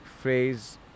phrase